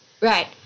Right